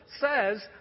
says